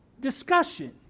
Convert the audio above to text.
discussion